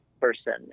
person